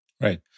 Right